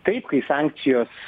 taip kai sankcijos